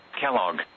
Kellogg